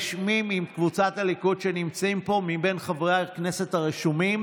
יש מי מקבוצת הליכוד שנמצאים פה מבין חברי הכנסת הרשומים?